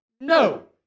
No